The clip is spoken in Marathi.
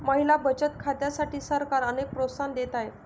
महिला बचत खात्यांसाठी सरकार अनेक प्रोत्साहन देत आहे